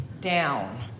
down